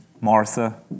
Martha